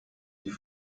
die